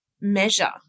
measure